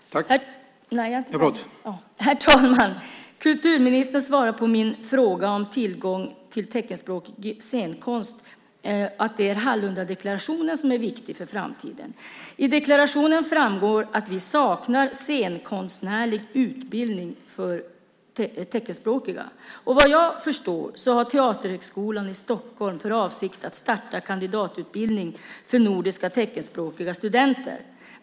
Herr talman! Kulturministern svarar på min fråga om tillgång till teckenspråkig scenkonst att Hallundadeklarationen är viktig för framtiden. I deklarationen framgår att vi saknar scenkonstnärlig utbildning för teckenspråkiga. Vad jag förstår har Teaterhögskolan i Stockholm för avsikt att starta kandidatutbildning för nordiska teckenspråkiga studenter.